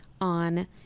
on